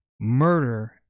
murder